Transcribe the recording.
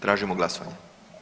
Tražimo glasovanje.